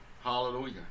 Hallelujah